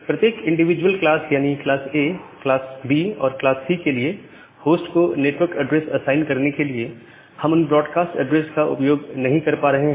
प्रत्येक individual class यानी class A class B और क्लास C के लिए होस्ट को नेटवर्क एड्रेस असाइन करने के लिए हम उन ब्रॉडकास्ट एड्रेस का उपयोग नहीं कर पा रहे है